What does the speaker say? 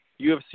UFC